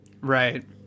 right